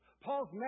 Paul's